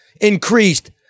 increased